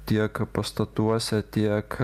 tiek pastatuose tiek